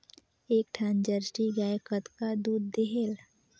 एक ठन जरसी गाय कतका दूध देहेल?